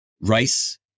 rice